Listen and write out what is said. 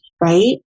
right